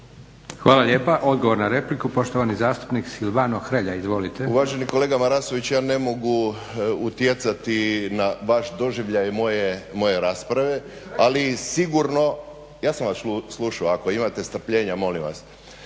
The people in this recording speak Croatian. Hvala lijepa. Odgovor na repliku poštovani zastupnik Silvano Hrelja. Izvolite. **Hrelja, Silvano (HSU)** Uvaženi kolega Marasović ja ne mogu utjecati na vaš doživljaj moje rasprave, ali sigurno ja sam vas slušao ako imate strpljenja molim vas,